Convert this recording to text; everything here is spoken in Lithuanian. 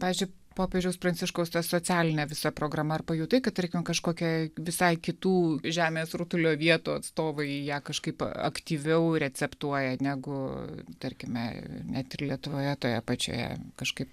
pavyzdžiui popiežiaus pranciškaus ta socialinė visa programa ar pajutai kad tarkim kažkokia visai kitų žemės rutulio vietų atstovai ją kažkaip aktyviau receptūroje negu tarkime net ir lietuvoje toje pačioje kažkaip